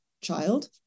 child